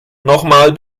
nochmal